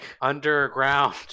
underground